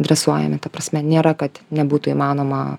dresuojami ta prasme nėra kad nebūtų įmanoma